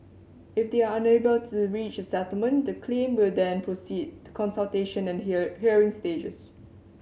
if they are unable to reach a settlement the claim will then proceed to consultation and hear hearing stages